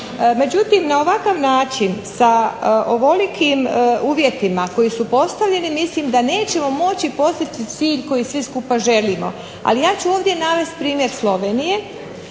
Međutim, na ovakav način sa ovolikim uvjetima koji su postavljeni mislim da nećemo moći postići cilj koji svi skupa želimo, ali ja ću ovdje navesti primjer Slovenije